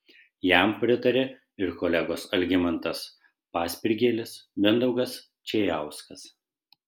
jam pritarė ir kolegos algimantas paspirgėlis mindaugas čėjauskas